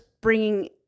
bringing